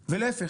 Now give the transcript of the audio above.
ולהפך.